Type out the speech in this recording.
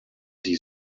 die